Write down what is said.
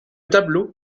tableau